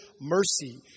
mercy